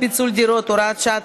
פיצול דירות) (הוראת שעה),